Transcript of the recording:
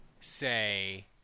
say